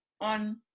on